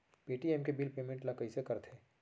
Paytm के bill payment ल कइसे करथे?